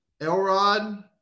Elrod